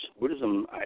Buddhism